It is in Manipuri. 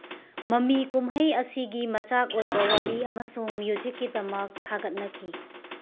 ꯃꯃꯤ ꯀꯨꯝꯍꯩ ꯑꯁꯤꯒꯤ ꯃꯆꯥꯛ ꯑꯣꯏꯕ ꯋꯥꯔꯤ ꯑꯃꯁꯨꯡ ꯃ꯭ꯌꯨꯖꯤꯛꯀꯤꯗꯃꯛ ꯊꯥꯒꯠꯅꯈꯤ